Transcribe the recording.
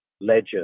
ledger